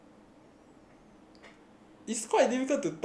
its quite difficult to talk without interrupting each other